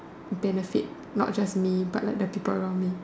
benefit not just me but like the people around me